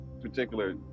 particular